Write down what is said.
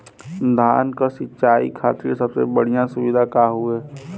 धान क सिंचाई खातिर सबसे बढ़ियां सुविधा का हवे?